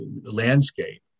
Landscape